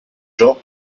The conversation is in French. genre